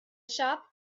shop